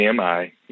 AMI